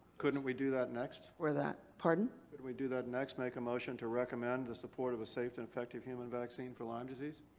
couldn't we do that next. for that. pardon? but couldn't we do that next make a motion to recommend the support of a safe and effective human vaccine for lyme disease?